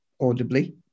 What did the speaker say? Audibly